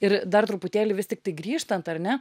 ir dar truputėlį vis tiktai grįžtant ar ne